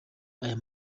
aya